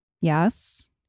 Yes